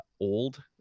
old